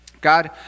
God